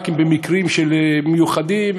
רק במקרים מיוחדים,